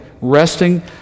Resting